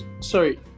sorry